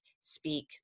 speak